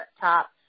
top